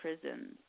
prisons